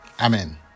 Amen